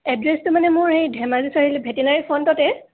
এড্ৰেছটো মানে মোৰ এই ধেমাজি চাৰিআলি ভেটেনাৰীৰ ফ্ৰণ্টতে